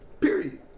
Period